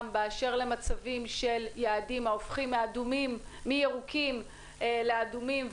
באשר למצבים של יעדים ההופכים מירוקים לאדומים,